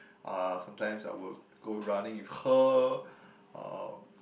uh sometimes I would go running with her um